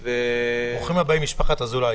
ברוכים הבאים, משפחת א’.